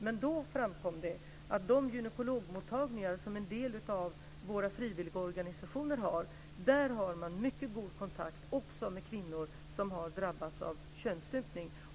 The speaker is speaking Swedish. Men då framkom det att man på de gynekologmottagningar som en del av våra frivilligorganisationer har också har mycket god kontakt också med kvinnor som har drabbats av könsstympning.